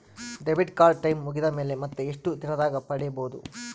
Debit card time ಮುಗಿದ ಮೇಲೆ ಮತ್ತೆ ಎಷ್ಟು ದಿನದಾಗ ಪಡೇಬೋದು?